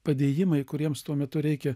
padėjimai kuriems tuo metu reikia